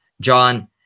John